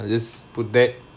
just put that